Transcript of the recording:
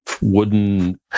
wooden